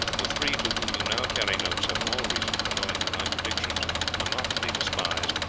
the three to whom you now carry notes have all reason for knowing that my predictions are not to be despised,